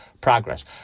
progress